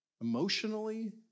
emotionally